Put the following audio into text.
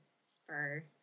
spur